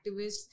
activists